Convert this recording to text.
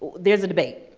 there's a debate.